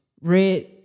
Red